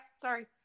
sorry